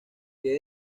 que